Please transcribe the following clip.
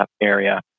area